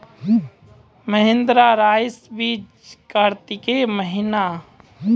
महिंद्रा रईसा बीज कार्तिक महीना?